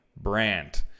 brand